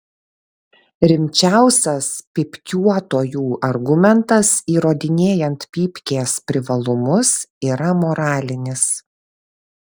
rimčiausias pypkiuotojų argumentas įrodinėjant pypkės privalumus yra moralinis